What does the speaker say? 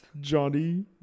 johnny